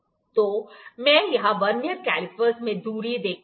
तो मैं यहाँ वर्नियर कैलीपर में दूरी देखता हूँ